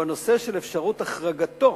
הוא אפשרות החרגתו